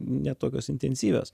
ne tokios intensyvios